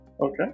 Okay